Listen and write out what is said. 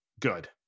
good